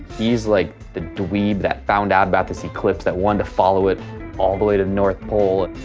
he is like the dweeb that found out about this eclipse that wanted to follow it all the way to the north pole.